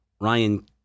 Ryan